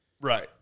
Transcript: Right